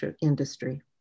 industry